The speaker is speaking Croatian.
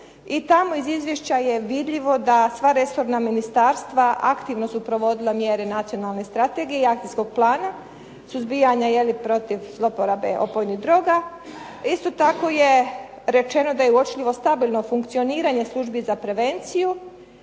i tamo iz izvješća je vidljivo da sva resorna ministarstva aktivno su provodila mjere nacionalne strategije i akcijskog plana suzbijanja protiv zlouporabe opojnih droga. Isto tako je rečeno da je uočljivo stabilno funkcioniranje službi za prevenciju,